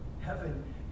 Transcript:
Heaven